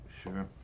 Sure